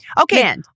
Okay